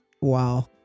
Wow